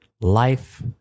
life